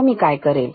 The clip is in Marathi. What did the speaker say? आता मी काय करेल